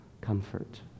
comfort